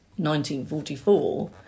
1944